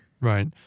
Right